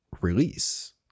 release